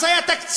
אז היה תקציב.